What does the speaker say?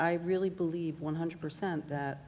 i really believe one hundred percent that